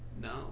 No